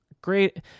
Great